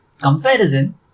comparison